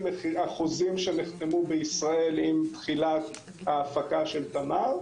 החוזים שנחתמו בישראל עם תחילת ההפקה של תמר,